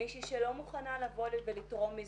כמישהי שלא מוכנה לבוא ולתרום מזמנה.